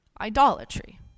idolatry